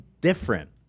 different